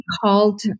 called